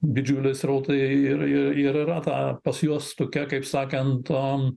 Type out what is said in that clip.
didžiuliai srautai ir ir ir yra ta pas juos tokia kaip sakant am